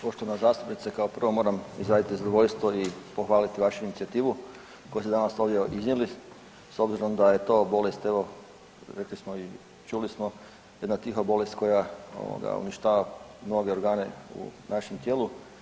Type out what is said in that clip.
Poštovana zastupnice, kao prvo moram izraziti zadovoljstvo i pohvaliti vašu inicijativu koju ste danas ovdje iznijeli s obzirom da je to bolest evo rekli smo i čuli smo jedna tiha bolest koja uništava mnoge organe u našem tijelu.